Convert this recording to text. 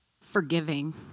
forgiving